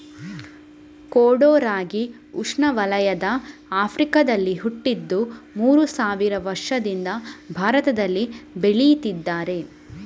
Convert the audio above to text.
ಕೊಡೋ ರಾಗಿ ಉಷ್ಣವಲಯದ ಆಫ್ರಿಕಾದಲ್ಲಿ ಹುಟ್ಟಿದ್ದು ಮೂರು ಸಾವಿರ ವರ್ಷದಿಂದ ಭಾರತದಲ್ಲಿ ಬೆಳೀತಿದ್ದಾರೆ